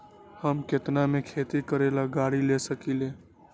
हम केतना में खेती करेला गाड़ी ले सकींले?